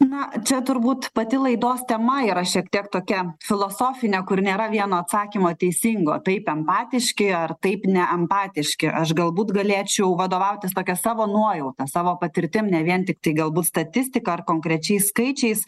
na čia turbūt pati laidos tema yra šiek tiek tokia filosofinė kur nėra vieno atsakymo teisingo taip empatiški ar taip ne empatiški aš galbūt galėčiau vadovautis tokia savo nuojauta savo patirtim ne vien tiktai galbūt statistika ar konkrečiais skaičiais